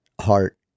heart